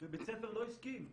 ובית ספר לא הסכים,